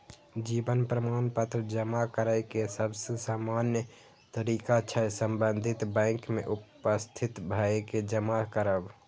जीवन प्रमाण पत्र जमा करै के सबसे सामान्य तरीका छै संबंधित बैंक में उपस्थित भए के जमा करब